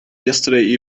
yesterday